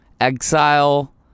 exile